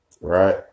right